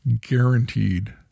guaranteed